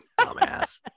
dumbass